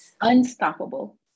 Unstoppable